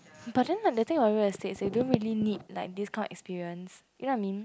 but then the thing about real estate they don't really need like this kind of experience you know what I mean